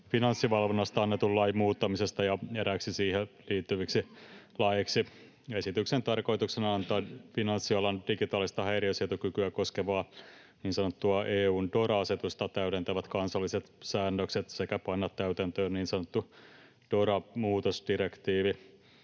Finanssivalvonnasta annetun lain muuttamisesta ja eräiksi siihen liittyviksi laeiksi. Esityksen tarkoituksena on antaa finanssialan digitaalista häiriönsietokykyä koskevaa niin sanottua EU:n DORA-asetusta täydentävät kansalliset säännökset sekä panna täytäntöön niin sanottu DORA-muutosdirektiivi.